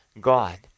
God